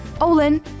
Olin